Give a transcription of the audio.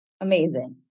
Amazing